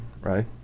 right